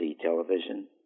television